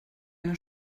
eine